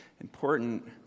important